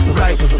right